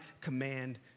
command